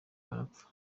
barapfa